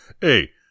hey